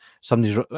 somebody's